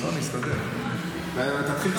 תתחיל את